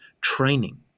training